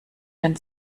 den